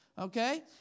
Okay